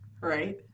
Right